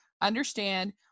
understand